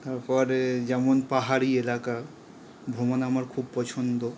তারপরে যেমন পাহাড়ি এলাকা ভ্রমণ আমার খুব পছন্দ